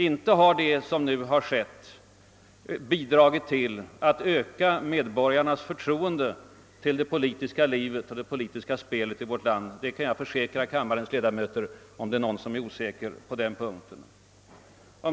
Inte har det som nu skett bidragit till att öka medborgarnas förtroende för det politiska livet och det politiska spelet i vårt land — det kan jag försäkra kammarens ledamöter, om nu någon skulle vara osäker i det hänseendet.